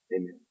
Amen